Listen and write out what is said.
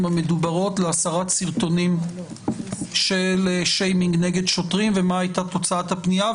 המדוברות להסרת סרטונים של שיימינג נגד שוטרים ומה הייתה תוצאת הפנייה.